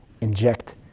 inject